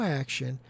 action